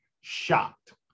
shocked